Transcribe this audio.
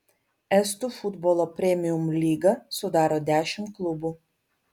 estų futbolo premium lygą sudaro dešimt klubų